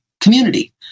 community